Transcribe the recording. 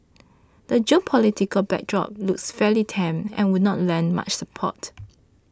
the geopolitical backdrop looks fairly tame and would not lend much support